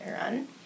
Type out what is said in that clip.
run